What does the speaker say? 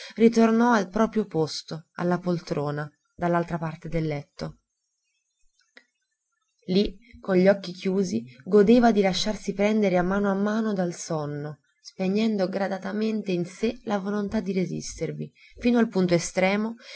ritornò al proprio posto alla poltrona dall'altra parte del letto lì con gli occhi chiusi godeva di lasciarsi prendere a mano a mano dal sonno spegnendo gradatamente in sé la volontà di resistervi fino al punto estremo